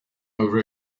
over